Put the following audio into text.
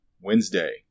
Wednesday